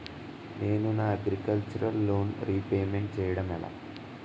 నేను నా agriculture loan repayment చేయడం ఎలా?